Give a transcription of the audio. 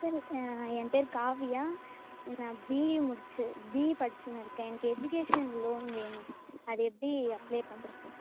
sir என் பேர் காவியா நான் பிஇ முடித்து பிஇ படிச்சுன்னு இருக்கேன் எனக்கு எஜிகேஷன் லோன் வேணும் அது எப்படி அப்ளே பண்ணுறது